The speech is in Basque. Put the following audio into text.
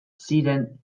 ziren